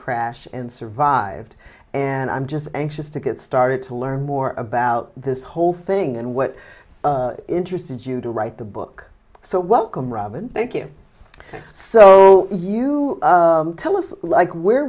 crash and survived and i'm just anxious to get started to learn more about this whole thing and what interested you to write the book so welcome robin thank you so you tell us like where